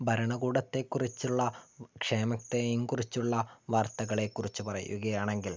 ഭരണകൂടത്തെക്കുറിച്ചുള്ള ക്ഷേമത്തെയും കുറിച്ചുള്ള വാർത്തകളെക്കുറിച്ച് പറയുകയാണെങ്കിൽ